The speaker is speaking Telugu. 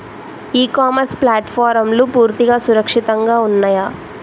ఇ కామర్స్ ప్లాట్ఫారమ్లు పూర్తిగా సురక్షితంగా ఉన్నయా?